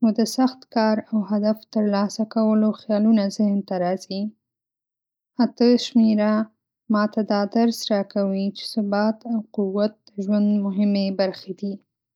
نو د سخت کار او هدف ترلاسه کولو خیالونه ذهن ته راځي. ۸ شمېره ماته دا درس راکوي چې ثبات او قوت د ژوند مهمې برخې دي.